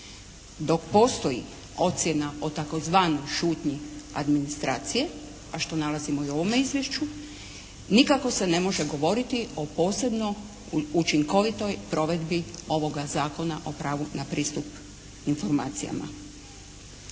dok postoji ocjena o tzv. šutnji administracije, a što nalazimo i u ovome izvješću, nikako se ne može govoriti o posebno učinkovitoj provedbi ovoga Zakona o pravu na pristup informacijama.